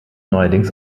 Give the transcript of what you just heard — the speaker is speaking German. neuerdings